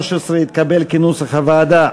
סעיף 78, פיתוח תיירות, ל-2013, כנוסח הוועדה.